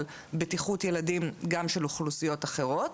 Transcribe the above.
בטיחות ילדים גם של אוכלוסיות אחרות.